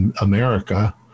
America